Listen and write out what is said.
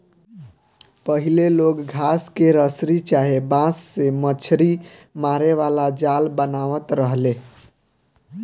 पहिले लोग घास के रसरी चाहे बांस से मछरी मारे वाला जाल बनावत रहले